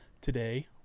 today